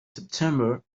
september